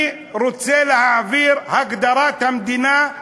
אני רוצה להעביר את הגדרת המדינה,